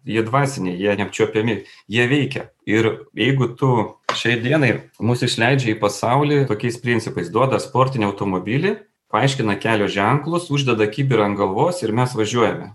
jie dvasiniai jie neapčiuopiami jie veikia ir jeigu tu šiai dienai mus išleidžia į pasaulį tokiais principais duoda sportinį automobilį paaiškina kelio ženklus uždeda kibirą ant galvos ir mes važiuojame